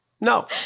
No